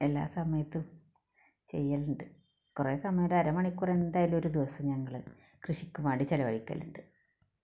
എല്ലാ സമയത്തും ചെയ്യലുണ്ട് കുറെ സമയം ഒര് അരമണിക്കൂറെന്തായാലും ഒരു ദിവസം ഞങ്ങള് കൃഷിക്കു വേണ്ടി ചെലവഴിക്കലുണ്ട്